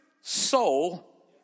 soul